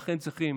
לכן צריכים